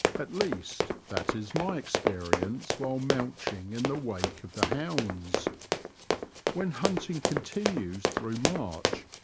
at least, that is my experience while mouching in the wake of the hounds when hunting continues through march,